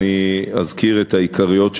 אני אזכיר את העיקריות: